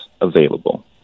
available